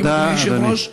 אדוני היושב-ראש,